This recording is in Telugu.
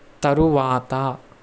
తరువాత